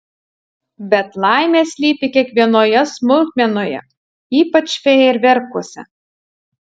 bet laimė slypi kiekvienoje smulkmenoje ypač fejerverkuose